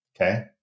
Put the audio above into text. Okay